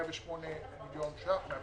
כ-108.6 מיליון ₪ עודפים.